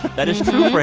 that is true for